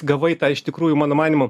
gavai tą iš tikrųjų mano manymu